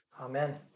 amen